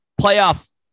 playoff